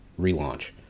relaunch